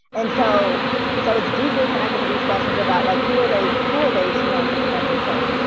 and so so it's deeply connected to these questions about like who are they? who are they sworn to protect and serve?